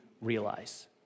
realize